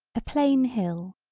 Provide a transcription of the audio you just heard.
a plain hill,